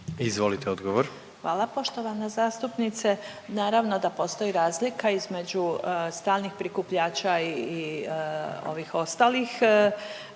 Marija** Hvala poštovana zastupnice. Naravno, da postoji razlika između stalnih prikupljača i ovih ostalih